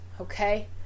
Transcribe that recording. Okay